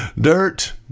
Dirt